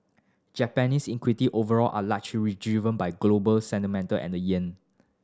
Japanese equity overall are largely driven by global sentiment and the yen